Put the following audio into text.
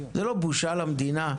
זו לא בושה למדינה?